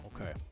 Okay